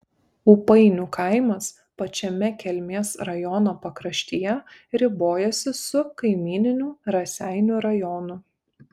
ūpainių kaimas pačiame kelmės rajono pakraštyje ribojasi su kaimyniniu raseinių rajonu